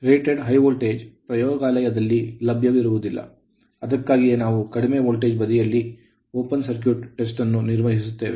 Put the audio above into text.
rated high voltage ಪ್ರಯೋಗಾಲಯದಲ್ಲಿ ಲಭ್ಯವಿಲ್ಲದಿರಬಹುದು ಅದಕ್ಕಾಗಿಯೇ ನಾವು ಕಡಿಮೆ ವೋಲ್ಟೇಜ್ ಬದಿಯಲ್ಲಿ open ತೆರೆದ ಸರ್ಕ್ಯೂಟ್ test ಅನ್ನು ನಿರ್ವಹಿಸುತ್ತೇವೆ